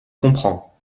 comprends